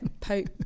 Pope